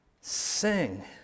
Sing